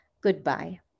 Goodbye